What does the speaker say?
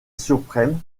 suprême